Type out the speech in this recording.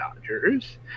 Dodgers